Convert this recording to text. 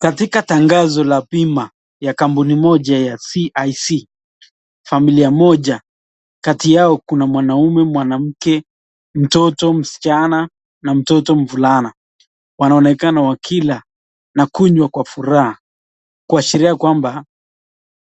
Katika tangazo la bima ya kampuni moja ya CIC, familia moja kati yao kuna mwanaume, mwanamke, mtoto msichana na mtoto mvulana, wanaonekana wakila na kunywa kwa furaha kuashiria kwamba